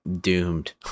doomed